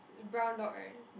brown dog right